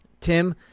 Tim